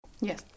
Yes